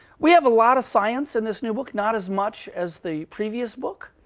we have a lot of science in this new book, not as much as the previous book.